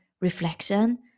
reflection